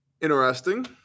Interesting